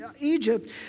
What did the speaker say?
Egypt